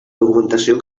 documentació